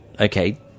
okay